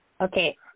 Okay